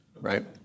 right